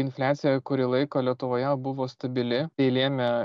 infliacija kurį laiką lietuvoje buvo stabili tai lėmė